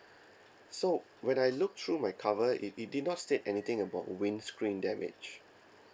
so when I look through my cover it it did not state anything about windscreen damage